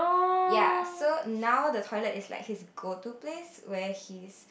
ya so now the toilet is like his go to place where he's